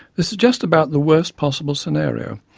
this is just about the worst possible scenario,